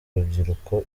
rubyiruko